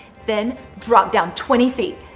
then dropped down twenty feet.